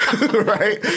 Right